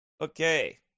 okay